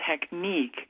technique